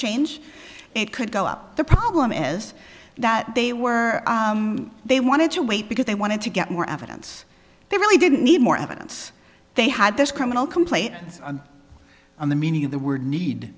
change it could go up the problem is that they were they wanted to wait because they wanted to get more evidence they really didn't need more evidence they had this criminal complaint on the meaning of the were need